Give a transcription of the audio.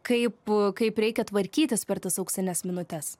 kaip kaip reikia tvarkytis per tas auksines minutes